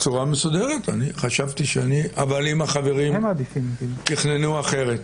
בצורה מסודרת, אבל אם החברים תכננו אחרת,